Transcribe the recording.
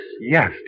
Yes